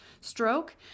stroke